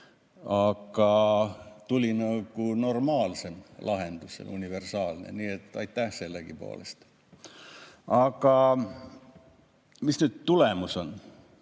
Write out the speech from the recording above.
Tuli nagu normaalsem lahendus, selline universaalne. Nii et aitäh sellegipoolest. Aga mis nüüd tulemus on?